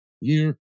year